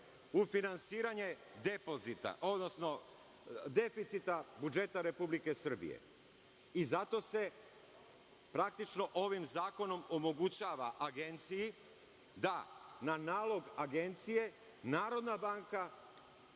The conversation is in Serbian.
u finansiranje depozita, odnosno deficita budžeta Republike Srbije. Zato se, praktično ovim zakonom omogućava Agenciji da na nalog Agencije Narodna banka